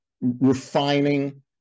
refining